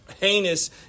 heinous